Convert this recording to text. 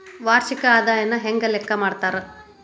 ವಾರ್ಷಿಕ ಆದಾಯನ ಹೆಂಗ ಲೆಕ್ಕಾ ಮಾಡ್ತಾರಾ?